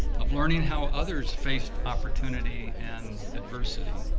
of learning how others faced opportunity and adversity,